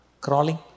crawling